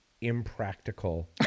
impractical